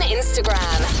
Instagram